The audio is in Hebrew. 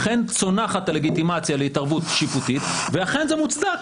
אכן צונחת הלגיטימציה להתערבות שיפוטית ואכן זה מוצדק